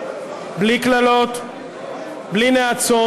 היא קיימת לנתניהו?